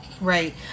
Right